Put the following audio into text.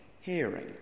hearing